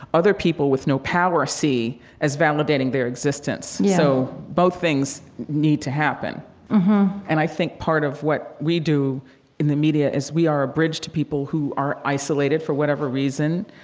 other people with no power see as validating their existence yeah so, both things need to happen mm-hmm and i think part of what we do in the media is we are a bridge to people who are isolated for whatever reason.